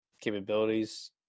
capabilities